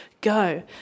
go